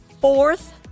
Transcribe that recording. fourth-